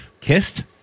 Kissed